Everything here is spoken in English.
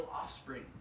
offspring